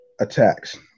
attacks